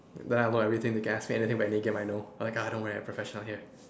then I know everything the see if any game I know ah like ah don't worry I'm a professional here